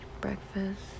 breakfast